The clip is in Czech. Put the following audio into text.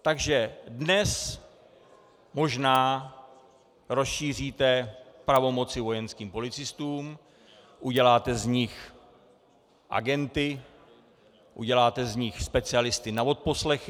Takže dnes možná rozšíříte pravomoci vojenským policistům, uděláte z nich agenty, uděláte z nich specialisty na odposlechy.